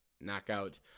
knockout